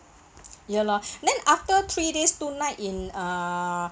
ya lor then after three days two night in uh